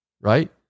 right